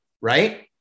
right